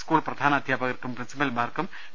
school പ്രധാനാധ്യാപകർക്കും പ്രിൻസിപ്പൽമാർക്കും P